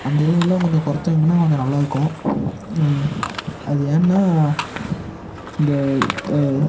அந்த இதுவெல்லாம் கொஞ்சம் குறச்சாங்கன்னா கொஞ்சம் நல்லாருக்கும் அது ஏன்னா இந்த